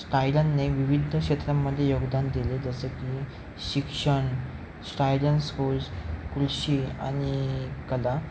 स्टायरनने विविध क्षेत्रांमध्ये योगदान दिले जसं की शिक्षण स्टायलन स्कूल्स कृषी आणि कला